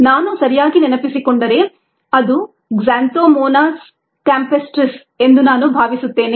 ನಾನು ಸರಿಯಾಗಿ ನೆನಪಿಸಿಕೊಂಡರೆ ಇದು ಕ್ಸಾಂಥೋಮೊನಾಸ್ಕ್ಯಾಂಪೇಸ್ಟ್ರೀಸ್ ಎಂದು ನಾನು ಭಾವಿಸುತ್ತೇನೆ